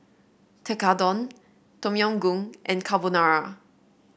Tekkadon Tom Yam Goong and Carbonara